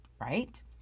right